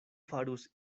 farus